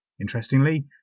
Interestingly